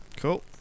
Cool